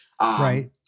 Right